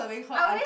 I always